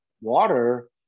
water